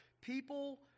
People